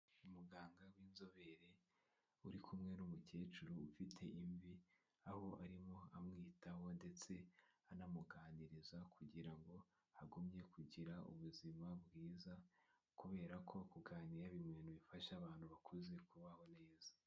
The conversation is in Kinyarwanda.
umuganga w'inzobere uri kumwe n'umukecuru ufite imvi aho arimo amwitaho ndetse anamuganiriza kugira ngo agumye kugira ubuzima bwiza kubera ko kuganira biri mubintu bifasha abantu bakuze kubaho neza.